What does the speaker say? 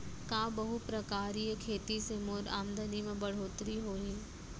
का बहुप्रकारिय खेती से मोर आमदनी म बढ़होत्तरी होही?